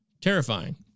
terrifying